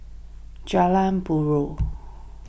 Jalan Buroh